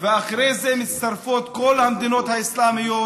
ואחרי זה מצטרפות כל המדינות האסלאמיות,